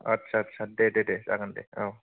आत्सा आत्सा दे दे दे जागोन दे